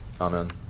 Amen